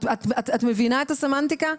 את מבינה את הסמנטיקה?